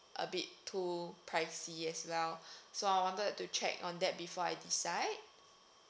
a bit too pricey as well so I wanted to check on that before I decide